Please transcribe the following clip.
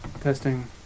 Testing